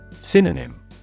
Synonym